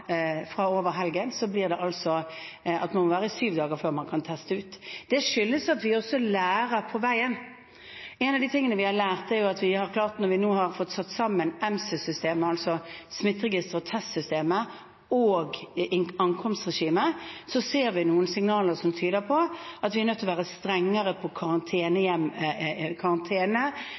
over helgen blir det slik at man må være i syv dager før man kan teste ut. Det skyldes at vi lærer på veien. En av de tingene vi har lært, er at når vi nå har fått satt sammen MSIS-systemet, altså smitteregister- og testsystemet og ankomstregimet, ser vi noen signaler som tyder på at vi er nødt til å være strengere med karantenegjennomføringen i private hjem.